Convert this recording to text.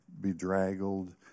bedraggled